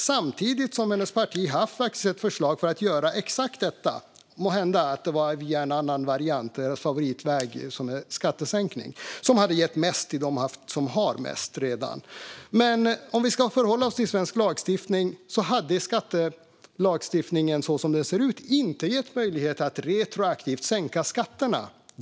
Samtidigt har hennes parti haft ett förslag om att göra exakt detta, måhända med en annan variant som är deras favoritväg, nämligen skattesänkning. Detta hade gett mest till dem som redan har mest. Om vi förhåller oss till svensk lagstiftning ser vi att skattelagstiftningen, så som den ser ut, inte hade gett möjlighet att retroaktivt sänka skatterna.